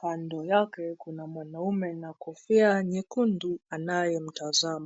kando yake kuna mwanaume na kofia nyekundu anayemtazama.